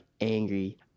angry